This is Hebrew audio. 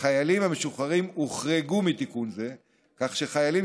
החיילים המשוחררים הוחרגו מתיקון זה כך שחיילים